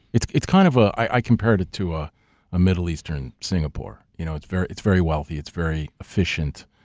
it's it's kind of a, i compared it to ah a middle eastern singapore. you know, it's very it's very wealthy, it's very efficient,